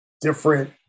different